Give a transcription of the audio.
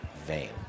Vain